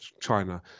China